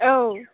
औ